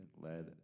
led